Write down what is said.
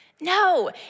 No